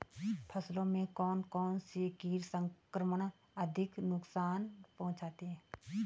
फसलों में कौन कौन से कीट संक्रमण अधिक नुकसान पहुंचाते हैं?